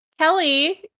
Kelly